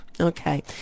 Okay